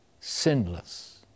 sinless